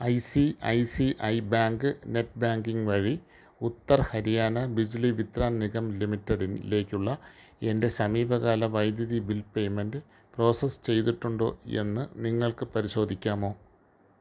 I C I C I bank net banking വഴി ഉത്തർ ഹരിയാന ബിജ്ലി വിത്രാൻ നിഗം ലിമിറ്റഡിലേക്കുള്ള എൻ്റെ സമീപ കാല വൈദ്യുതി ബിൽ പേയ്മെൻ്റ് പ്രോസസ് ചെയ്തിട്ടുണ്ടോ എന്നു നിങ്ങൾക്കു പരിശോധിക്കാമോ